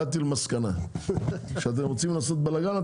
הגעתי למסקנה שכשאתם רוצים לעשות בלאגן,